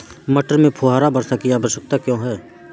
मटर में फुहारा वर्षा की आवश्यकता क्यो है?